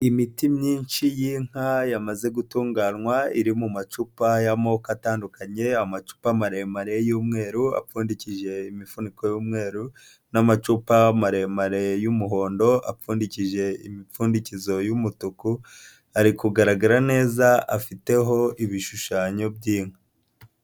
Imiti myinshi y'inka yamaze gutunganywa iri mu macupa y'amoko atandukanye, amacupa maremare y'umweru apfundikije imifuniko y'umweru, n'amacupa maremare y'umuhondo apfundikije imipfundikizo y'umutuku, ari kugaragara neza afiteho ibishushanyo by'inka.